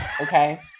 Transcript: okay